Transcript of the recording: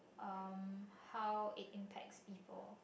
um how it impacts people